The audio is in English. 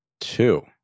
two